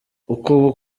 uko